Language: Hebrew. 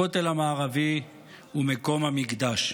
הכותל המערבי ומקום המקדש.